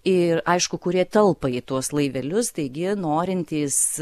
ir aišku kurie telpa į tuos laivelius taigi norintys